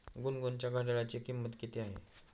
गुनगुनच्या घड्याळाची किंमत किती आहे?